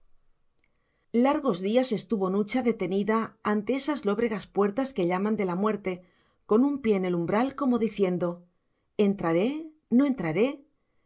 largos días estuvo nucha detenida ante esas lóbregas puertas que llaman de la muerte con un pie en el umbral como diciendo entraré no entraré